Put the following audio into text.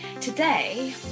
Today